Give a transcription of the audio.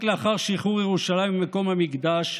רק לאחר שחרור ירושלים, מקום המקדש,